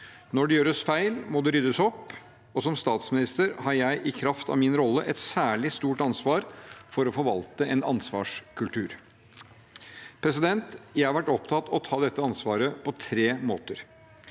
Når det gjøres feil, må det ryddes opp. Som statsminister har jeg i kraft av min rolle et særlig stort ansvar for å forvalte en ansvarskultur. Jeg har vært opptatt av å ta dette ansvaret på tre måter.